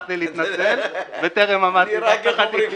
להתנצל וטרם עמדתי בהבטחתי.